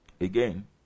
Again